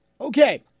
Okay